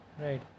right